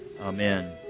Amen